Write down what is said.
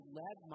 led